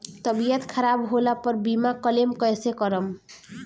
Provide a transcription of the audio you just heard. तबियत खराब होला पर बीमा क्लेम कैसे करम?